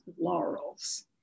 laurels